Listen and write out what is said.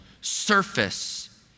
surface